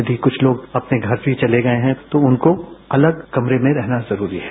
यदि कुछ लोग अपने घर से चले गये हैं तो उनको अलग कमरे में रहना जरूरी है